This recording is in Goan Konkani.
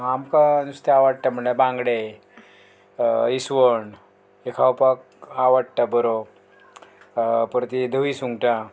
आमकां नुस्तें आवडटा म्हणल्यार बांगडे इसवण हें खावपाक आवडटा बरो परती धवी सुंगटां